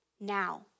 now